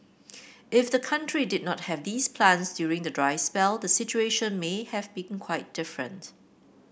if the country did not have these plants during the dry spell the situation may have been quite different